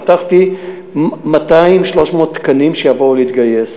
פתחתי 200 300 תקנים, שיבואו להתגייס.